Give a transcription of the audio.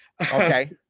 Okay